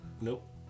Nope